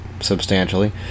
substantially